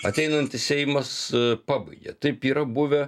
ateinantis seimas pabaigia taip yra buvę